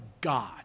God